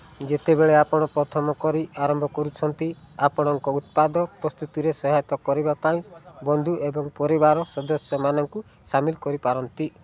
ଯେତେବେଳେ ଆପଣ ପ୍ରଥମ କରି ଆରମ୍ଭ କରୁଛନ୍ତି ଆପଣଙ୍କ ଉତ୍ପାଦ ପ୍ରସ୍ତୁତିରେ ସହାୟତା କରିବା ପାଇଁ ବନ୍ଧୁ ଏବଂ ପରିବାର ସଦସ୍ୟମାନଙ୍କୁ ସାମିଲ କରିପାରନ୍ତି